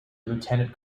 lieutenant